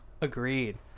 agreed